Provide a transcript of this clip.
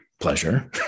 pleasure